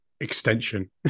extension